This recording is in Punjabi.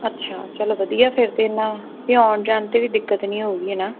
ਅੱਛਾ ਚਲੋ ਵਧੀਆ ਫਿਰ ਤਾਂ ਨਾ ਅਤੇ ਆਉਣ ਜਾਣ 'ਤੇ ਵੀ ਦਿੱਕਤ ਨਹੀਂ ਹੋਊਗੀ ਨਾ